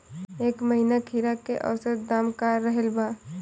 एह महीना खीरा के औसत दाम का रहल बा?